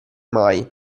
mai